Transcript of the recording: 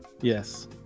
Yes